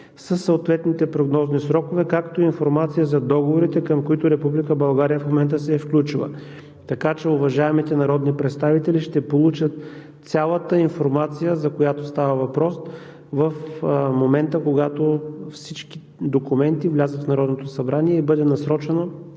със ответните прогнозни срокове, както и информация за договорите, към които Република България в момента се е включила. Уважаемите народни представители ще получат цялата информация, за която става въпрос, в момента, когато всички документи влязат в Народното събрание и бъде насрочено